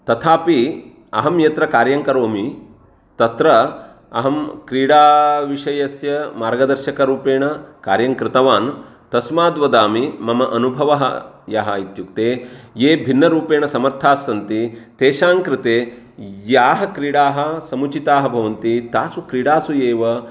तथापि अहं यत्र कार्यं करोमि तत्र अहं क्रीडा विषयस्य मार्गदर्शकरूपेण कार्यं कृतवान् तस्मात् वदामि मम अनुभवः यः इत्युक्ते ये भिन्नरूपेण समर्थाः सन्ति तेषां कृते याः क्रीडाः समुचिताः भवन्ति तासु क्रीडासु एव